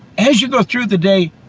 as you go through the day,